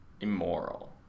immoral